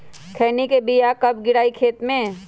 खैनी के बिया कब गिराइये खेत मे?